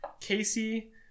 Casey